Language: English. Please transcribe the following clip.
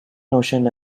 notion